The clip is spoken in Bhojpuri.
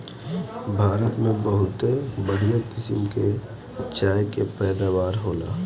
भारत में बहुते बढ़िया किसम के चाय के पैदावार होला